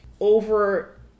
over